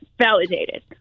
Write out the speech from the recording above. validated